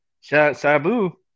Sabu